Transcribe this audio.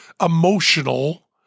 emotional